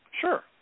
Sure